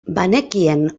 banekien